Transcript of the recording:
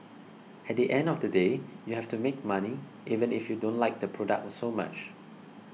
at the end of the day you have to make money even if you don't like the product so much